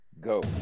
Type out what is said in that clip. go